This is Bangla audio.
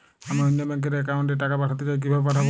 আমি অন্য ব্যাংক র অ্যাকাউন্ট এ টাকা পাঠাতে চাই কিভাবে পাঠাবো?